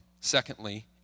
Secondly